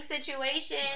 situation